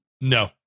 No